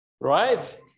Right